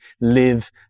live